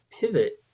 pivot